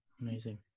Amazing